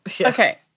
Okay